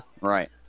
Right